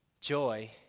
Joy